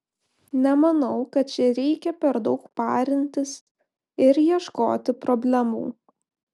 nemanau kad čia reikia per daug parintis ir ieškoti problemų